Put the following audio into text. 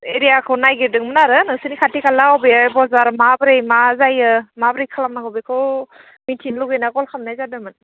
एरियाखौ नायगेरदोंमोन आरो नोंसोरनि खाथि खाला अबे बजार माबोरै मा जायो माबोरै खालामनांगौ बेखौ मिथिनो लुबैना कल खालामनाय जादोंमोन